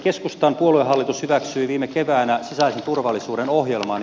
keskustan puoluehallitus hyväksyi viime keväänä sisäisen turvallisuuden ohjelman